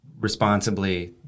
responsibly